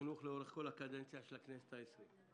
החינוך לאורך כל הקדנציה של הכנסת העשרים.